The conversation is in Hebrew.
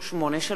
מוסף (תיקון,